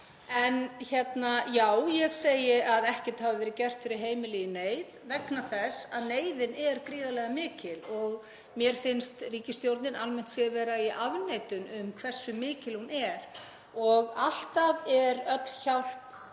En, já, ég segi að ekkert hafi verið gert fyrir heimili í neyð vegna þess að neyðin er gríðarlega mikil og mér finnst ríkisstjórnin almennt séð vera í afneitun um hversu mikil hún er. Alltaf er öll hjálp